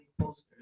posters